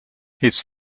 his